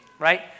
Right